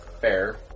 fair